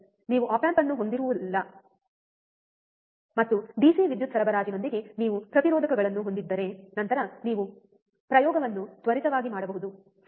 ನೀವು op amp ಅನ್ನು ಹೊಂದಿರುವಲ್ಲಿ ಮತ್ತು ಡಿಸಿ ವಿದ್ಯುತ್ ಸರಬರಾಜಿನೊಂದಿಗೆ ನೀವು ಪ್ರತಿರೋಧಕಗಳನ್ನು ಹೊಂದಿದ್ದರೆ ನಂತರ ನೀವು ಪ್ರಯೋಗವನ್ನು ತ್ವರಿತವಾಗಿ ಮಾಡಬಹುದು ಸರಿ